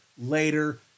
later